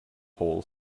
whole